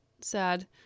sad